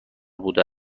بوده